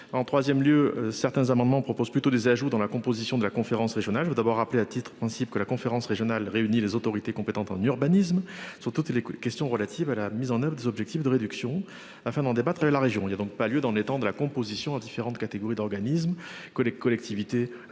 En 3ème lieu, certains amendements proposent plutôt des ajouts dans la composition de la conférence régionale. Je veux d'abord rappeler à titre principe que la conférence régionale réunit les autorités compétentes en urbanisme sur toutes les questions relatives à la mise en oeuvre des objectifs de réduction afin d'en débattre et la région il y a donc pas lieu dans les temps de la composition à différentes catégories d'organismes que les collectivités